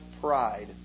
pride